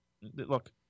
Look